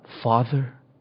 Father